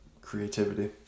creativity